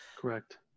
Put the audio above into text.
Correct